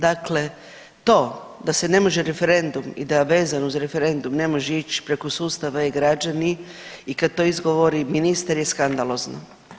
Dakle, to da se ne može referendum i da vezan uz referendum ne može ići preko sustava e-građanin i kada to izgovori ministar je skandalozno.